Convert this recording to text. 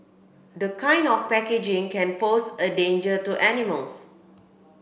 this kind of packaging can pose a danger to animals